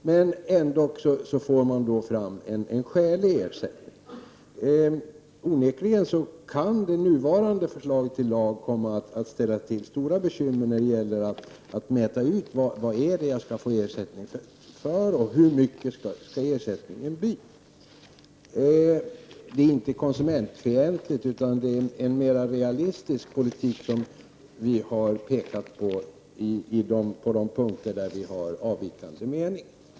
Ändock får man fram en skälig ersättning. Onekligen kan det nuvarande förslaget till lag komma att ställa till stora bekymmer när det gäller att mäta ut vad det är man skall få ersättning för och hur stor ersättningen skall bli. Det är inte konsumentfientligt, utan vi har pekat på en realistisk politik på de punkter där vi har avvikande mening.